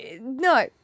No